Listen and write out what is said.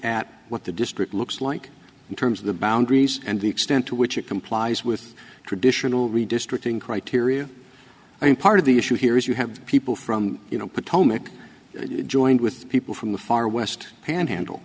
at what the district looks like in terms of the boundaries and the extent to which it complies with traditional redistricting criteria i mean part of the issue here is you have people from you know potomac joined with people from the far west panhandle